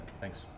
thanks